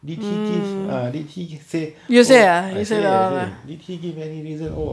did he gives err did he say oh I say I say did he give any reason oh